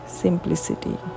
simplicity